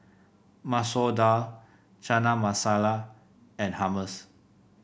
Masoor Dal Chana Masala and Hummus